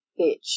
bitch